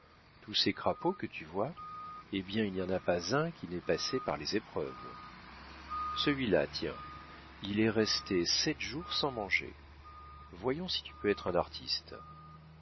tous ces crapauds que tu vois eh bien il n'y en a pas un qui n'ait passé par les épreuves celui-là tiens il est resté sept jours sans manger voyons si tu peux être un artiste